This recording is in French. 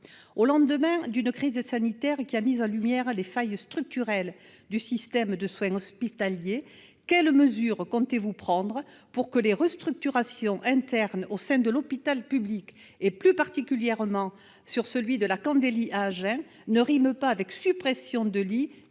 Au lendemain d'une crise sanitaire qui a mis en lumière les failles structurelles du système de soins hospitaliers, quelles mesures comptez-vous prendre, madame la ministre, pour que les restructurations internes à l'hôpital public, et plus particulièrement celui de l'hôpital psychiatrique La Candélie à Agen, ne riment pas avec suppressions de lits